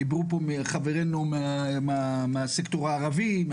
דיברו פה חברינו מהסקטור הערבי.